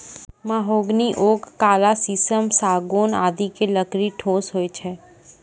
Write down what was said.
mahogany, oak, काला शीशम, सागौन आदि के लकड़ी ठोस होय छै